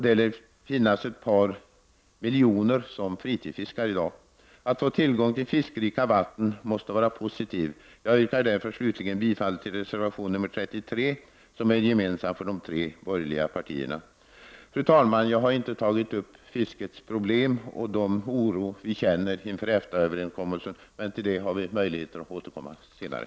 Det lär finnas ett par miljoner som fritidsfiskar. Att få tillgång till fiskrika vatten måste vara positivt. Jag yrkar därför slutligen bifall till reservation 33, som är gemensam för de tre borgerliga partierna. Fru talman! Jag har inte tagit upp fiskets problem och den oro vi känner inför EFTA-överenskommelsen. Till det får vi tillfälle att återkomma senare.